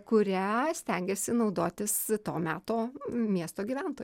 kurią stengiasi naudotis to meto miesto gyventojos